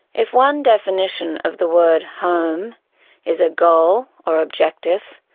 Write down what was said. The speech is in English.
if one definition of the word home is a goal or objective,